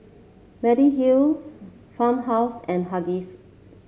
Mediheal Farmhouse and Huggies